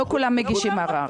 לא כולם מגישים ערר.